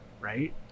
right